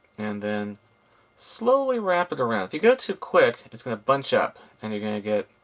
and then slowly wrap it around. if you go too quick, it's going to bunch up and you're going to get